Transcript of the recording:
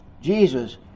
Jesus